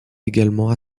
également